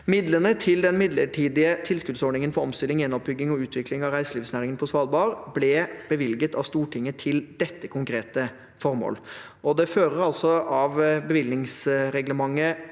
Midlene til den midlertidige tilskuddsordningen for omstilling, gjenoppbygging og utvikling av reiselivsnæringen på Svalbard ble bevilget av Stortinget til dette konkrete formålet. Det følger av bevilgningsreglementet